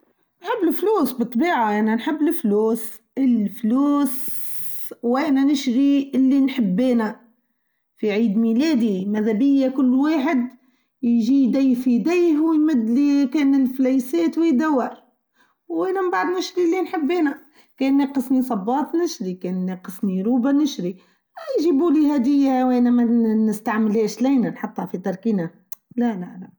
أحب الفلوس بالطبيعه يعني نحب الفلوس الفلوسسسسس و انا نشري إلي نحبينه في عيد ميلادي ماذا بيا كل واحد يجي دي في ديه مدلي كان الفليسات وي يدور و انا من بعد نشري إلي نحبانه كان اقسني صباط نشري كان اقسني روب نشري ااا يجيبولي هاديه و أنا ما نستعملهاش لينا نحطا في تركينه لا لا لا.